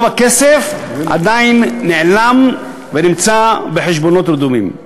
רוב הכסף עדיין נעלם ונמצא בחשבונות רדומים.